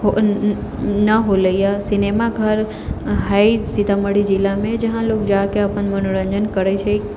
ने होइले है सिनेमा घर है सीतामढ़ी जिलामे जहाँ लोक जाकऽ अपन मनोरञ्जन करै छै